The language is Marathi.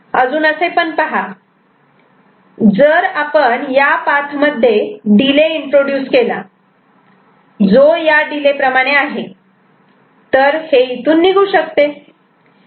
अजून असे पण पहा जर आपण या पाथ मध्ये डिले इंट्रोड्युस केला जो या डिले प्रमाणे आहे तर हे इथून निघू शकते